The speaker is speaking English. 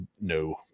no